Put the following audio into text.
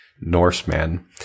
Norseman